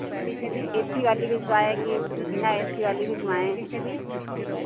ए C वाली भिजवाएँ कि बिना ए सी वाली भिजवाएँ